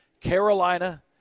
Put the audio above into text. Carolina